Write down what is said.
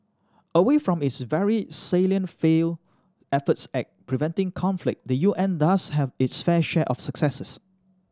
away from its very salient failed efforts at preventing conflict the U N does have its fair share of successes